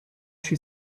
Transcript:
she